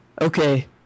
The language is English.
Okay